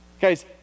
Guys